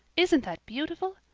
isn't that beautiful?